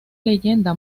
leyenda